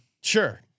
Sure